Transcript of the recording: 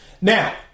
Now